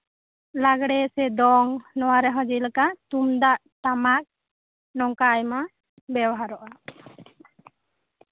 ᱞᱟᱜᱽᱲᱮ ᱥᱮ ᱫᱚᱝ ᱱᱚᱣᱟ ᱨᱮᱦᱚᱸ ᱡᱮᱞᱮᱠᱟ ᱛᱩᱢᱫᱟᱜ ᱴᱟᱢᱟᱠ ᱱᱚᱝᱠᱟ ᱟᱭᱢᱟ ᱵᱮᱣᱦᱟᱨᱚᱜᱼᱟ